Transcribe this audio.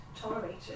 tolerated